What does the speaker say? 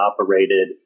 operated